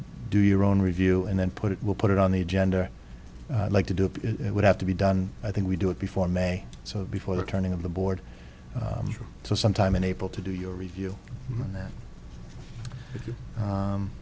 do your own review and then put it we'll put it on the agenda like to do it it would have to be done i think we do it before may so before the turning of the board so sometime unable to do your review